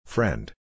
Friend